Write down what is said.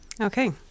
Okay